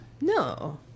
No